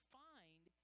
find